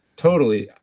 totally.